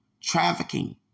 trafficking